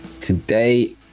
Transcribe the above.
Today